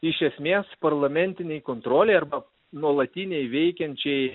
iš esmės parlamentinei kontrolei arba nuolatinei veikiančiai